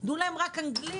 תנו להם רק אנגלית,